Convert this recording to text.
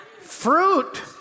Fruit